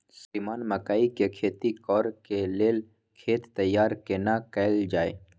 श्रीमान मकई के खेती कॉर के लेल खेत तैयार केना कैल जाए?